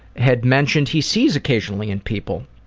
had mentioned he sees occasionally in people.